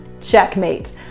checkmate